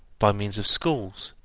by means of schools,